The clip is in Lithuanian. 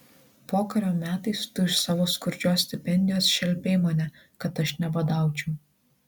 pokario metais tu iš savo skurdžios stipendijos šelpei mane kad aš nebadaučiau